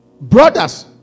brothers